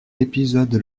l’épisode